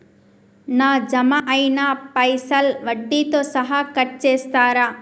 నా జమ అయినా పైసల్ వడ్డీతో సహా కట్ చేస్తరా?